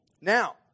Now